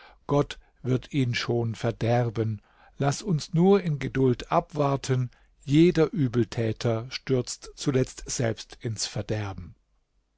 gott wird ihn schon verderben laß uns nur in geduld abwarten jeder übeltäter stürzt zuletzt selbst ins verderben